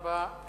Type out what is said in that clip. תודה רבה.